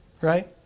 right